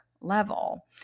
level